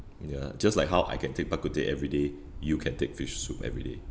ya just like how I can take bak kut teh every day you can take fish soup every day